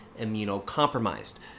immunocompromised